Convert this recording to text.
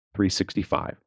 365